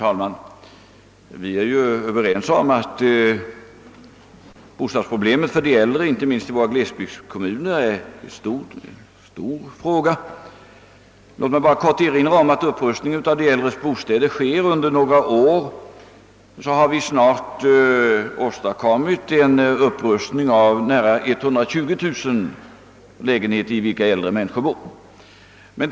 Herr talman! Vi är överens om att bostadsproblemet för de äldre — inte minst i glesbygdskommunerna — är en viktig fråga. Låt mig bara i korthet erinra om att med den upprustning av de äldre bostäderna som fortgår har vi snart under några år upprustat nära 120 000 lägenheter, i vilka äldre människor bor.